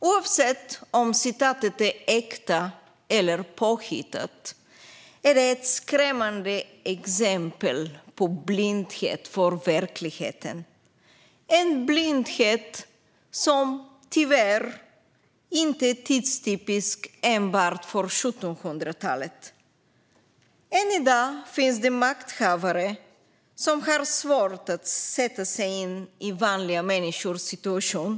Oavsett om citatet är äkta eller påhittat är det ett skrämmande exempel på blindhet för verkligheten - en blindhet som tyvärr inte är tidstypisk enbart för 1700-talet. Än i dag finns det makthavare som har svårt att sätta sig in i vanliga människors situation.